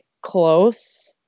close